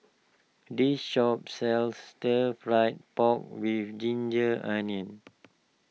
this shop sells Stir Fried Pork with Ginger Onions